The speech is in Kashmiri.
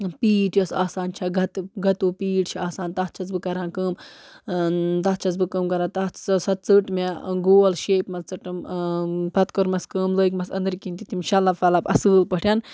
پیٖٹۍ یۄس آسان چھےٚ گَتہٕ گَتوٗ پیٖٹۍ چھِ آسان تَتھ چھَس بہٕ کران کٲم تَتھ چھَس بہٕ کٲم کران تَتھ سُہ سۄ ژٔٹ مےٚ گول شیپہِ منٛز ژٔٹٕم پَتہٕ کٔرمَس کٲم لٲگۍمَس أنٛدٕرۍکِنۍ تہِ تِم شٮ۪لَف وَلَف اصۭل پٲٹھۍ